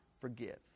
Forgive